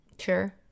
Sure